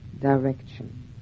direction